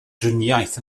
driniaeth